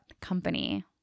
company